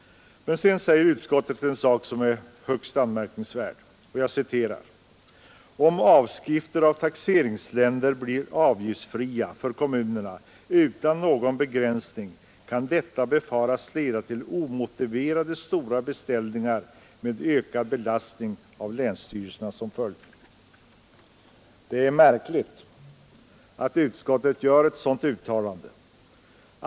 Utskottet säger en sak som är högst anmärkningsvärd. Jag citerar: ”Om avskrifter av taxeringslängder blir avgiftsfria för kommunerna utan någon begränsning kan detta befaras leda till omotiverat stora beställning ar med ökad belastning av länsstyrelserna som följd.” Det är märkligt att utskottet gör ett sådant uttalande.